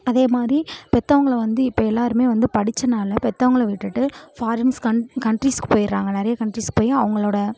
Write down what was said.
அதேமாதிரி பெற்றவங்கள வந்து இப்போ எல்லாருமே வந்து படித்தனால பெத்தவங்களை விட்டுட்டு ஃபாரின்ஸ் கன் கன்ட்ரிஸ்க்கு போயிடறாங்க நிறைய கன்ட்ரிஸ்க்கு போய் அவங்களோடய